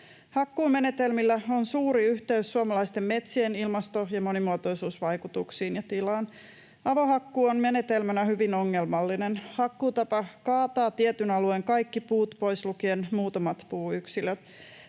Hakkuumenetelmillä on suuri yhteys suomalaisten metsien ilmasto- ja monimuotoisuusvaikutuksiin ja -tilaan. Avohakkuu on menetelmänä hyvin ongelmallinen. Hakkuutapa kaataa tietyn alueen kaikki puut, pois lukien muutamat puuyksilöt.